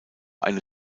eine